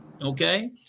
okay